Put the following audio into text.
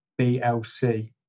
BLC